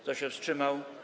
Kto się wstrzymał?